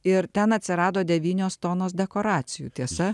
ir ten atsirado devynios tonos dekoracijų tiesa